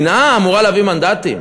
שנאה אמורה להביא מנדטים.